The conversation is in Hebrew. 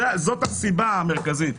זו הסיבה המרכזית.